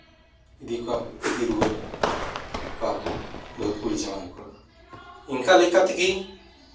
ᱤᱫᱤ ᱠᱚᱣᱟ ᱤᱫᱤ ᱨᱩᱣᱟᱹᱲ ᱠᱚᱣᱟ ᱠᱚ ᱵᱟᱦᱩ ᱠᱩᱲᱤ ᱡᱟᱶᱟᱭ ᱠᱚᱲᱟ ᱤᱱᱠᱟᱹ ᱞᱮᱠᱟ ᱛᱮᱜᱮ